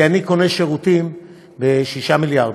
כי אני קונה שירותים ב-6 מיליארד,